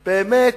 באמת,